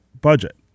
budget